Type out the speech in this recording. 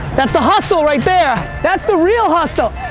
that's the hustle right there. that's the real hustle.